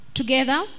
together